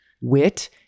wit